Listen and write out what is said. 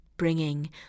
bringing